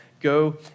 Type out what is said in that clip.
go